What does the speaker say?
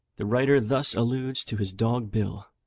the writer thus alludes to his dog bill